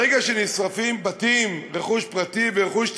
ברגע שנשרפים בתים, רכוש פרטי ורכוש ציבורי,